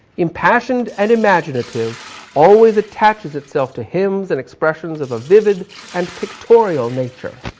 impassioned and imaginative always attaches itself to hymns and expressions of a vivid and pictorial nature.